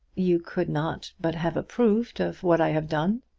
you could not but have approved of what i have done.